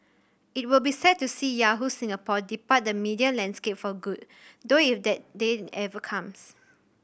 it will be sad to see Yahoo Singapore depart the media landscape for good though if that day ever comes